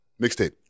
Mixtape